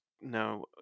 no